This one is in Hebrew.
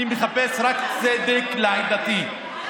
אני מחפש רק צדק לעדתי,